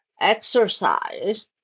exercise